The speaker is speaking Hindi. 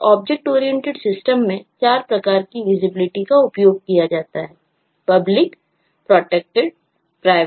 object oriented analysis and design